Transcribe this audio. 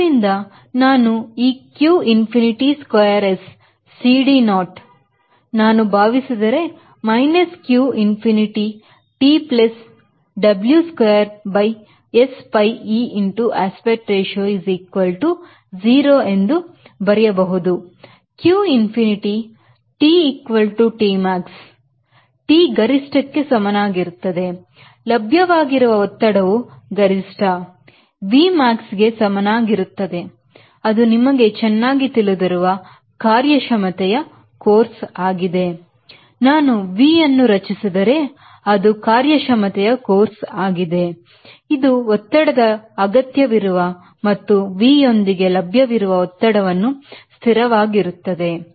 ಆದ್ದರಿಂದ ನಾನು ಈ q infinity square S CD naught ನಾನು ಭಾವಿಸಿದರೆ minus q infinity T plus W square by S pi e aspect ratio is equal to 0 ಎಂದು ಬರೆಯಬಹುದು q infinity T equal to T maxT ಗರಿಷ್ಠ ಕ್ಕೆ ಸಮನಾಗಿರುತ್ತದೆ ಲಭ್ಯವಾಗಿರುವ ಒತ್ತಡವು ಗರಿಷ್ಠ Vmax ಗೆ ಸಮನಾಗಿರುತ್ತದೆ ಅದು ನಿಮಗೆ ಚೆನ್ನಾಗಿ ತಿಳಿದಿರುವ ಕಾರ್ಯಕ್ಷಮತೆಯ ಕೋರ್ಸ ಆಗಿದೆ ನಾನು V ಅನ್ನು ರಚಿಸಿದರೆ ಅದು ಕಾರ್ಯ ಕ್ಷಮತೆಯ ಕೋರ್ಸ ಆಗಿದೆ ಇದು ಒತ್ತಡದ ಅಗತ್ಯವಿರುತ್ತದೆ ಮತ್ತು V ಯೊಂದಿಗೆ ಲಭ್ಯವಿರುವ ಒತ್ತಡವು ಸ್ಥಿರವಾಗಿರುತ್ತದೆ